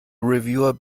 reviewer